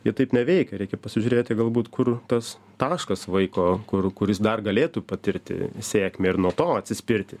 jie taip neveikia reikia pasižiūrėti galbūt kur tas taškas vaiko kur kuris dar galėtų patirti sėkmę ir nuo to atsispirti